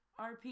RP